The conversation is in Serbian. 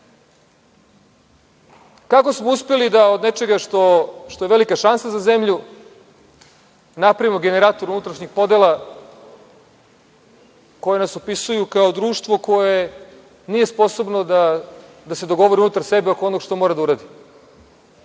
smo uspeli da od nečega što je velika šansa za zemlju napravimo generator unutrašnjih podela koje nas opisuju kao društvo koje nije sposobno da se dogovori unutar sebe oko onog što mora da uradi?